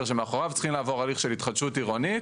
שמאחוריו צריכים לעבור הליך של התחדשות עירונית,